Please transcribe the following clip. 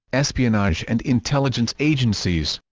espionage and intelligence agencies